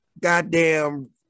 Goddamn